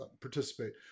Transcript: participate